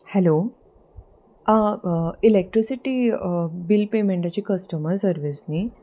hello आ electricity bill पेमेंटाची customer service न्ही